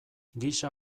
gisa